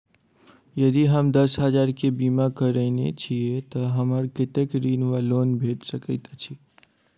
यदि हम दस हजार केँ बीमा करौने छीयै तऽ हमरा कत्तेक ऋण वा लोन भेट सकैत अछि?